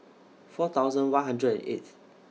four thousand one hundred and eighth